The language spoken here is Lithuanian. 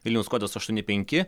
vilniaus kodas aštuoni penki